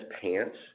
pants